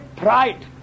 pride